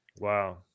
Wow